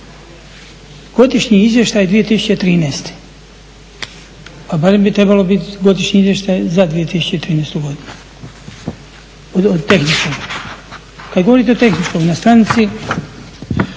Godišnji izvještaj 2013., a barem bi trebalo biti Godišnji izvještaj za 2013.godinu o … kada govorite o tehničkom na stranici